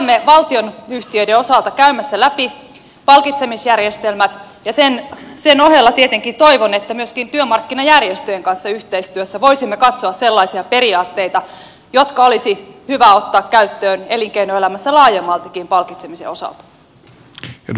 me olemme valtionyhtiöiden osalta käymässä läpi palkitsemisjärjestelmät ja sen ohelle tietenkin toivon että myöskin työmarkkinajärjestöjen kanssa yhteistyössä voisimme katsoa sellaisia periaatteita jotka olisi hyvä ottaa käyttöön elinkeinoelämässä laajemmaltikin palkitsemisen osalta